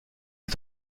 est